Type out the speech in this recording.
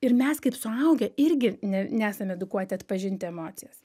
ir mes kaip suaugę irgi ne nesam edukuoti atpažinti emociją